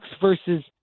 versus